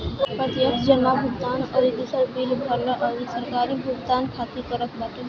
प्रत्यक्ष जमा भुगतान अउरी दूसर बिल भरला अउरी सरकारी भुगतान खातिर करत बाटे